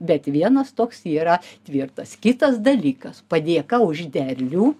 bet vienas toks yra tvirtas kitas dalykas padėka už derlių